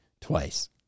twice